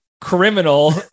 criminal